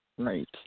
Right